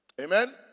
Amen